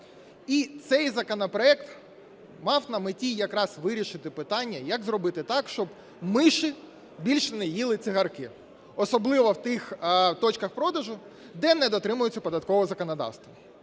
І цей законопроект мав на меті якраз вирішити питання, як зробити так, щоб миші більше не їли цигарки, особливо в тих точках продажу, де не дотримуються податкового законодавства.